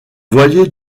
voilier